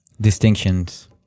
distinctions